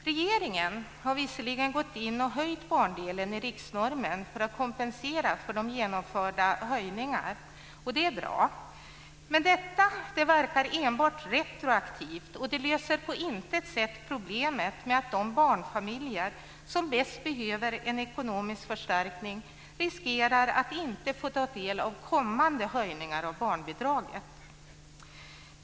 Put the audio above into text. Regeringen har visserligen gått in och höjt barndelen i riksnormen för att kompensera för de genomförda höjningarna, och det är bra. Men detta verkar enbart retroaktivt, och det löser på intet sätt problemet med att de barnfamiljer som bäst behöver en ekonomisk förstärkning riskerar att inte få ta del av kommande höjningar av barnbidraget.